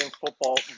football